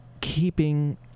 keeping